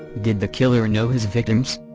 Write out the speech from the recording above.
did the killer know his victims?